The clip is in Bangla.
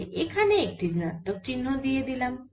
তাই এখানে একটি ঋণাত্মক চিহ্ন দিয়ে দিলাম